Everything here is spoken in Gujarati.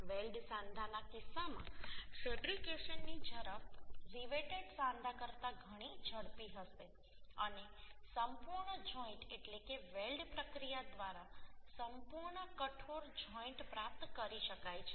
વેલ્ડ સાંધાના કિસ્સામાં ફેબ્રિકેશન ની ઝડપ રિવેટેડ સાંધા કરતાં ઘણી ઝડપી હશે અને સંપૂર્ણ જોઈન્ટ એટલે કે વેલ્ડ પ્રક્રિયા દ્વારા સંપૂર્ણ કઠોર જોઈન્ટ પ્રાપ્ત કરી શકાય છે